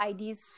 IDs